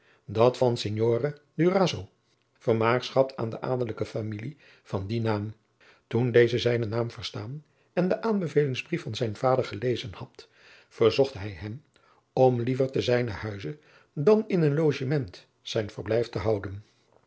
dat van signore durazzo vermaagschapt aan de adelijke samilie van dien naam toen deze zijnen naam verstaan en den aanbevelingsbrief van zijnen vader gelezen had verzocht hij hem om liever ten zijnen huize dan in een logement zijn verblijf te houden